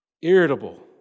Irritable